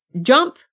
jump